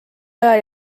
aja